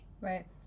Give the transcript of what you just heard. Right